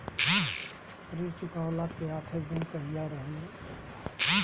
ऋण चुकव्ला के आखिरी दिन कहिया रही?